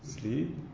sleep